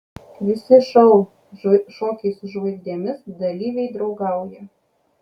visi šou šokiai su žvaigždėmis dalyviai draugauja